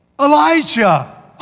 Elijah